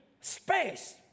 space